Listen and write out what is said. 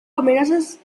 amenazas